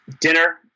dinner